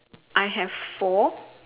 I have four